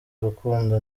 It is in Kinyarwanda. urukundo